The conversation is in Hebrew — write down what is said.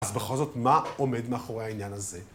אז בכל זאת, מה עומד מאחורי העניין הזה?